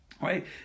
right